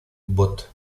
bot